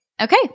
okay